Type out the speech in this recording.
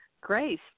grace